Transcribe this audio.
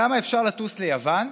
ולמה אפשר לטוס ליוון,